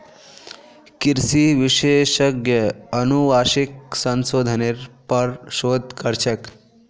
कृषि विशेषज्ञ अनुवांशिक संशोधनेर पर शोध कर छेक